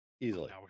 Easily